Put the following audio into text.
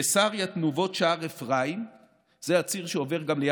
קיסריה, תנובות, שער אפרים.